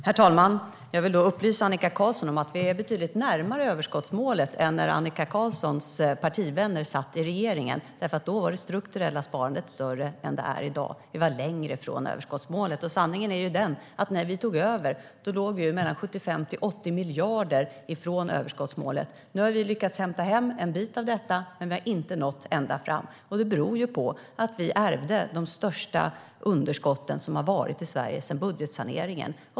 Herr talman! Jag vill upplysa Annika Qarlsson om att vi är betydligt närmare överskottsmålet nu än när Annika Qarlssons partivänner satt i regeringen. Då var nämligen det strukturella sparandet större än det är i dag. Vi var längre från överskottsmålet. Sanningen är den att när vi tog över låg vi 75-80 miljarder ifrån överskottsmålet. Nu har vi lyckats hämta hem en bit av detta. Men vi har inte nått ända fram. Det beror på att vi ärvde de största underskotten som har varit i Sverige sedan budgetsaneringen.